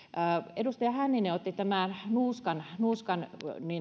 edustaja hänninen otti nuuskan nuuskan